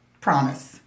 Promise